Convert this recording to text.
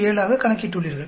017 ஆக கணக்கிட்டுள்ளீர்கள்